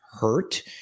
hurt